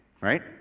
right